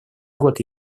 год